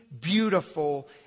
beautiful